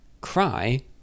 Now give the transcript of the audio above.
cry